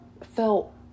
felt